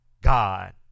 God